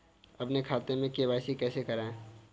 अपने खाते में के.वाई.सी कैसे कराएँ?